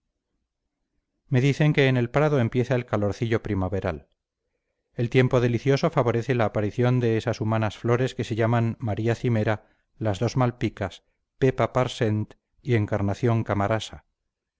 me dicen que en el prado empieza el calorcillo primaveral el tiempo delicioso favorece la aparición de esas humanas flores que se llaman maría cimera las dos malpicas pepa parsent y encarnación camarasa